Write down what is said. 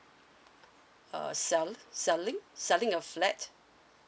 uh sell selling selling a flat